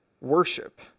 Worship